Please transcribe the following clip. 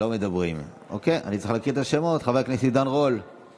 למנות את השר משה ארבל לתפקיד שר הבריאות במקום השר יואב בן צור,